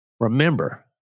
Remember